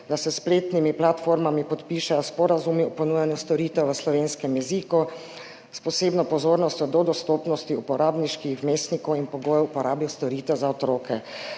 da se s spletnimi platformami podpišejo sporazumi o ponujanju storitev v slovenskem jeziku s posebno pozornostjo do dostopnosti uporabniških vmesnikov in pogojev uporabe storitev za otroke.«